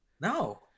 no